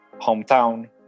hometown